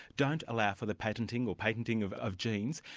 don't allow for the patenting, or patenting of of genes.